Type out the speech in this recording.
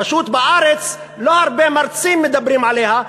פשוט בארץ לא הרבה מרצים מדברים עליה.